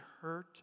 hurt